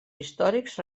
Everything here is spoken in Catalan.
històrics